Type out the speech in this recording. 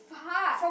hard